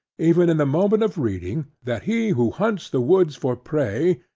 even in the moment of reading, that he, who hunts the woods for prey,